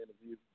interview